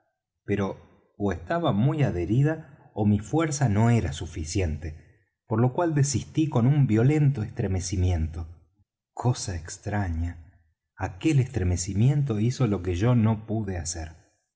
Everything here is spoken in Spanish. pero ó estaba muy adherida ó mi fuerza no era suficiente por lo cual desistí con un violento estremecimiento cosa extraña aquel estremecimiento hizo lo que yo no pude hacer